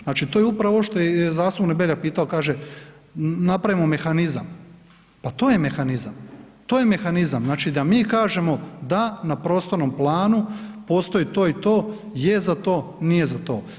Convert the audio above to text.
Znači, to je upravo ovo što je i zastupnik Beljak pitao, kaže napravimo mehanizam, pa to je mehanizam, to je mehanizam, znači da mi kažemo, da na prostornom planu postoji to i to, je za to, nije za to.